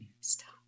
Stop